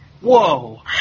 Whoa